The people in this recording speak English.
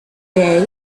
day